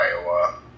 Iowa